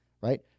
Right